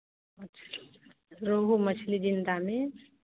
रोहू मछली ज़िंदा में